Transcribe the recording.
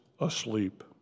asleep